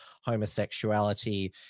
homosexuality